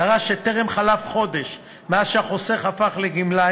דרש שטרם חלף חודש מאז הפך החוסך לגמלאי,